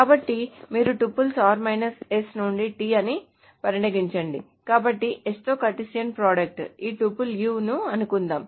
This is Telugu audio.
కాబట్టి మీరు టుపుల్ నుండి t అని పరిగణించండి కాబట్టి s తో కార్టెసియన్ ప్రోడక్ట్ ఈ టుపుల్ u అని అనుకుందాం